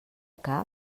cap